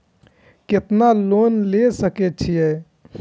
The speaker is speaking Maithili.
केतना लोन ले सके छीये?